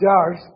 jars